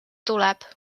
tuleb